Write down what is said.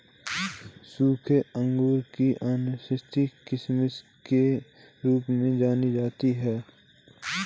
सूखे अंगूर को अन्यथा किशमिश के रूप में जाना जाता है